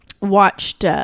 watched